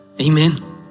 Amen